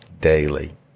daily